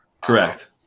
Correct